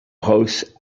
hosts